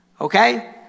Okay